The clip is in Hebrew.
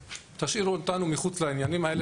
תשאירו אותנו מחוץ לעניינים האלה,